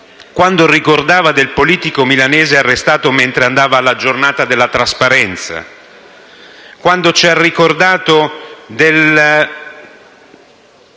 quando ricordava del politico milanese arrestato mentre andava alla giornata della trasparenza, quando ci ha ricordato del